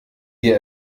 dir